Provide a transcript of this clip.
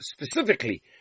specifically